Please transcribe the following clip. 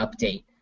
update